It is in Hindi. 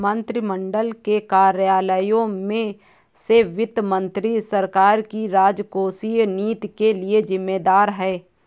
मंत्रिमंडल के कार्यालयों में से वित्त मंत्री सरकार की राजकोषीय नीति के लिए जिम्मेदार है